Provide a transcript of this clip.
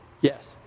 Yes